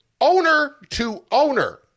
owner-to-owner